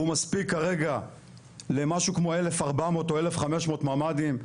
הוא מספיק כרגע למשהו כמו 1,400 או 1,500 ממ"דים,